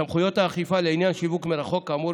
סמכויות האכיפה לעניין שיווק מרחוק כאמור